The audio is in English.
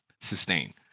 sustain